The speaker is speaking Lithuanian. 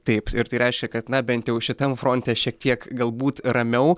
taip ir tai reiškia kad na bent jau šitam fronte šiek tiek galbūt ramiau